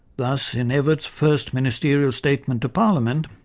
thus in evatt's first ministerial statement to parliament,